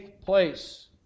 place